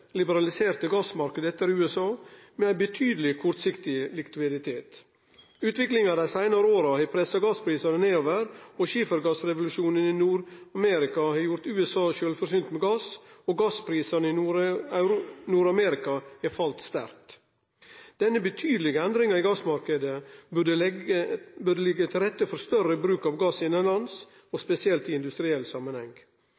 liberaliserte gassmarknad etter USA, med betydeleg kortsiktig likviditet. Utviklinga dei seinare åra har pressa gassprisane nedover. Skifergassrevolusjonen i Nord-Amerika har gjort USA sjølvforsynt med gass, og gassprisane i Nord-Amerika har falle sterkt. Denne betydelege endringa i gassmarknaden burde leggje til rette for større bruk av gass innanlands,